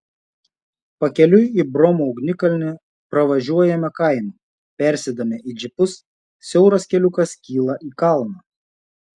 pakeliui į bromo ugnikalnį pravažiuojame kaimą persėdame į džipus siauras keliukas kyla į kalną